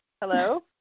hello